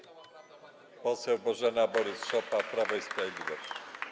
Pani poseł Bożena Borys-Szopa, Prawo i Sprawiedliwość.